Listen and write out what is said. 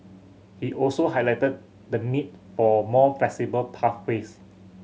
he also highlighted the need for more flexible pathways